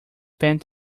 spend